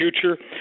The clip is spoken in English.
future